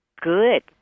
good